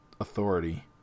Authority